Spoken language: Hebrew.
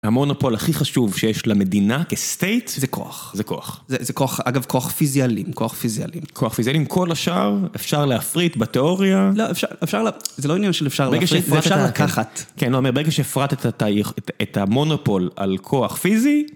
המונופול הכי חשוב שיש למדינה כ state זה כוח. זה כוח. זה כוח, אגב כוח פיזיאלים. כוח פיזיאלים. כוח פיזיאלים, כל השאר אפשר להפריט בתיאוריה..לא, אפשר... אפשר לה... זה לא העניין של אפשר להפריט, זה אפשר לקחת. כן, לא.. ברגע שהפרטת את ה... את המונופול על כוח פיזי,